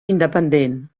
independent